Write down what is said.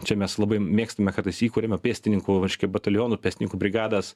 čia mes labai mėgstame kartais įkuriame pėstininkų vaškė batalionų pėstininkų brigadas